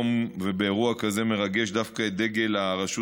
באירוע כזה מרגש דווקא את דגל הרשות